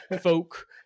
folk